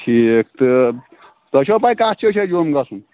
ٹھیٖک تہٕ تۄہہِ چھُوا پَے کَتھ جاے چھِ اَسہِ جوٚم گژھُن